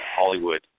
Hollywood